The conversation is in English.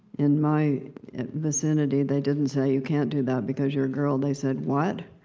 in my vicinity, they didn't say, you can't do that because you're a girl. they said, what?